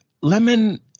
Lemon